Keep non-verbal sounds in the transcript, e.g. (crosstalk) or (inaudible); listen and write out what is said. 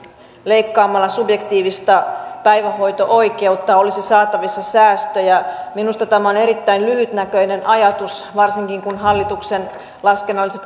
leikkaamalla subjektiivista päivähoito oikeutta olisi saatavissa säästöjä minusta tämä on erittäin lyhytnäköinen ajatus varsinkin kun hallituksen laskennalliset (unintelligible)